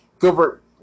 Gilbert